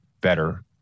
better